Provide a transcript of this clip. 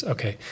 Okay